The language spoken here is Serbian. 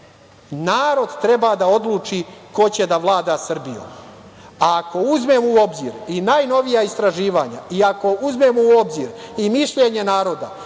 Narod treba da odluči ko će da vlada Srbijom, a ako uzme u obzir i najnovija istraživanja i ako uzmemo u obzir i mišljenje naroda,